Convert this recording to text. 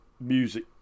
music